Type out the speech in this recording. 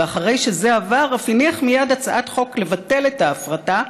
ואחרי שזה עבר אף הניח מייד הצעת חוק לבטל את ההפרטה,